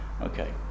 Okay